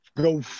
Go